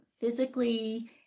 physically